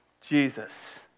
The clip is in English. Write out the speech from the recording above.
Jesus